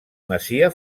masia